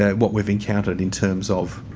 what we've encountered in terms of